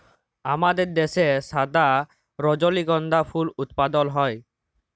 আমাদের দ্যাশে সাদা রজলিগন্ধা ফুল উৎপাদল হ্যয়